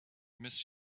miss